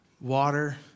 water